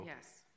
Yes